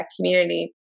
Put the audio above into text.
community